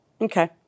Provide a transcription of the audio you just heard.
Okay